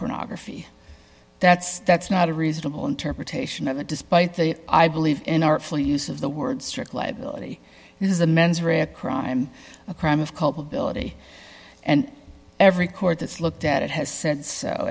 pornography that's that's not a reasonable interpretation of the despite the i believe in artful use of the word strict liability is a mens rea a crime a crime of culpability and every court that's looked at it has said so